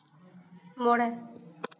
ᱢᱚᱬᱮ